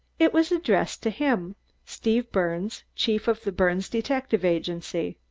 it was addressed to him steve birnes, chief of the birnes detective agency.